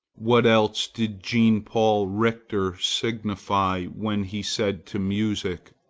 what else did jean paul richter signify, when he said to music,